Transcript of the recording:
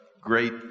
great